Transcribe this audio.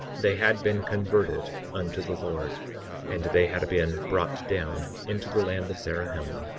they had been converted unto the lord and they had been brought down into the land of zarahemla,